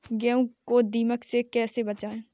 गेहूँ को दीमक से कैसे बचाएँ?